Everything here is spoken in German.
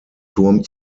turm